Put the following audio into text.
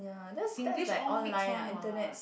ya that's that is like online lah internets